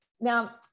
Now